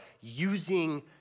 using